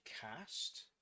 cast